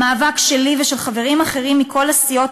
המאבק שלי ושל חברים אחרים מכל סיעות